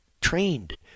trained